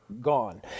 gone